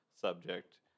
subject